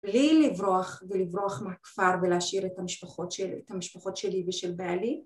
בלי לברוח, ולברוח מהכפר ולהשאיר את המשפחות שלי ושל בעלי.